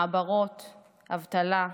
מעברות, אבטלה,